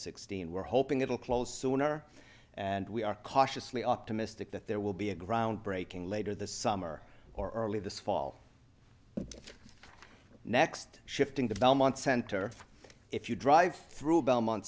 sixteen we're hoping it will close sooner and we are cautiously optimistic that there will be a groundbreaking later this summer or early this fall next shifting the belmont center if you drive through belmont